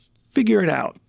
figure it out.